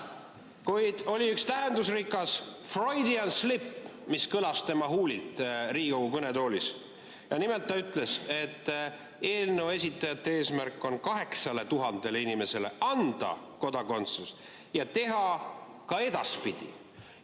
Kuid oli üks tähendusrikasFreudian slip, mis kõlas tema huulilt Riigikogu kõnetoolis. Nimelt, ta ütles, et eelnõu esitajate eesmärk on 8000 inimesele anda kodakondsus ja teha nõnda ka edaspidi.